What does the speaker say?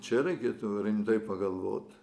čia reikėtų rimtai pagalvot